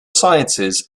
sciences